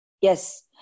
Yes